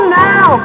now